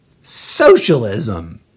socialism